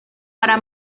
para